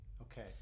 Okay